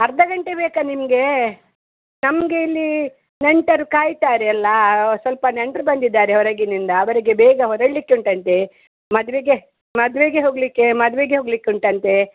ಅರ್ಧ ಗಂಟೆ ಬೇಕಾ ನಿಮಗೆ ನಮಗೆ ಇಲ್ಲಿ ನೆಂಟರು ಕಾಯ್ತಾರೆ ಎಲ್ಲಾ ಸ್ವಲ್ಪ ನೆಂಟರು ಬಂದಿದ್ದಾರೆ ಹೊರಗಿನಿಂದ ಅವರಿಗೆ ಬೇಗ ಹೊರಡ್ಲಿಕ್ಕೆ ಉಂಟಂತೆ ಮದುವೆಗೆ ಮದುವೆಗೆ ಹೋಗಲಿಕ್ಕೆ ಮದುವೆಗೆ ಹೋಗ್ಲಿಕ್ಕೆ ಉಂಟಂತೆ